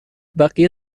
بقیه